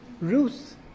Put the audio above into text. Ruth